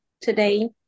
today